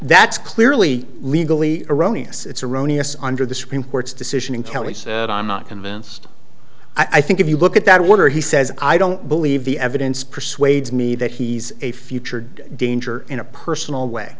that's clearly legally erroneous it's erroneous under the supreme court's decision in count he said i'm not convinced i think if you look at that water he says i don't believe the evidence persuades me that he's a future danger in a personal